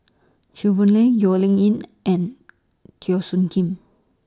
Chew Boon Lay Low Yen Ling and Teo Soon Kim